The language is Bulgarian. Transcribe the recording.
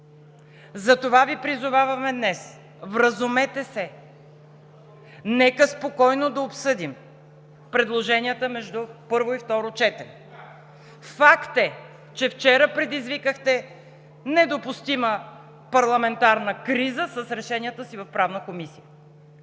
Затова Ви призоваваме днес: вразумете се! Нека спокойно да обсъдим предложенията между първо и второ четене. Факт е, че вчера предизвикахте недопустима парламентарна криза с решенията си в Правната комисия.